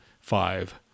five